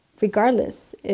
regardless